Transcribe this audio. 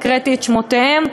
הקראתי את שמותיהם.